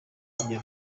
iyo